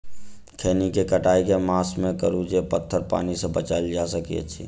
खैनी केँ कटाई केँ मास मे करू जे पथर पानि सँ बचाएल जा सकय अछि?